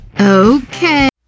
okay